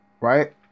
Right